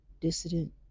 dissident